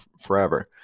forever